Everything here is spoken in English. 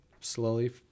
slowly